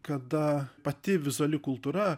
kada pati vizuali kultūra